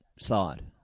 side